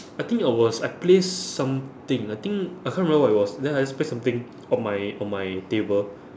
I think I was I placed something I think I can't remember what it was then I just placed something on my on my table